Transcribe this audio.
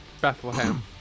Bethlehem